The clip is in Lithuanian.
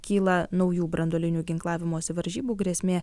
kyla naujų branduolinių ginklavimosi varžybų grėsmė